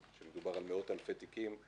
מדובר על מאות אלפי תיקים,